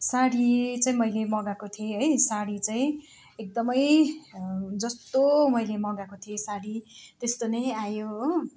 साडी चाहिँ मैले मगाएको थिएँ है साडी चाहिँ एकदमै जस्तो मैले मगाएको थिएँ साडी त्यस्तो नै आयो हो